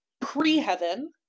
pre-heaven